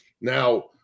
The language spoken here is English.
now